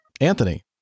Anthony